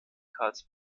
karls